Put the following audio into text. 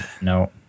No